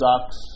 sucks